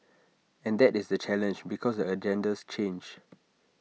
and that is the challenge because the agendas change